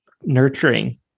nurturing